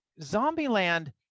Zombieland